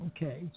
Okay